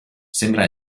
sembra